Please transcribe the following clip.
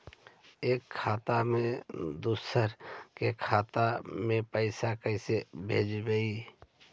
एक खाता से दुसर के खाता में पैसा कैसे भेजबइ?